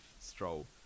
Stroll